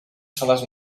zones